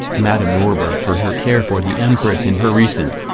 madame rorburg for her care for the empress in her recent,